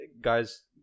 guys